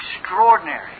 extraordinary